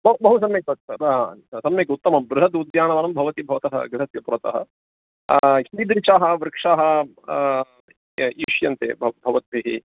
ब बहु सम्यक् त सम्यक् उत्तमं बृहद् उद्यानवनं भवति भवतः गृहस्य पुरतः कीदृशाः वृक्षाः इष्यन्ते भव भवद्भिः